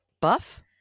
Buff